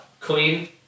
queen